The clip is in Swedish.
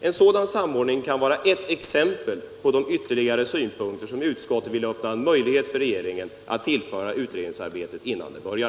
En sådan samordning kan vara ett exempel på de ytterligare synpunkter som utskottet vill öppna möjlighet för regeringen att tillföra utredningsarbetet innan det börjar.